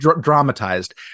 dramatized